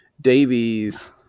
Davies